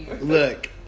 Look